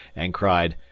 and cried,